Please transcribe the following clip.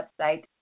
website